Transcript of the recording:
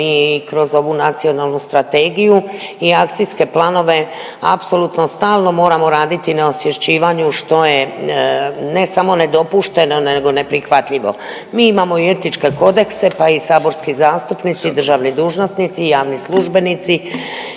Mi kroz ovu Nacionalnu strategiju i akcijske planove apsolutno stalno moramo raditi na osvješćivanju što je ne samo nedopušteno, nego neprihvatljivo. Mi imamo i Etičke kodekse, pa i saborski zastupnici i državni dužnosnici i javni službenici